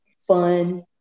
fun